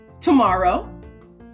tomorrow